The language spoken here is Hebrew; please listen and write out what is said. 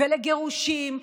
לגירושים,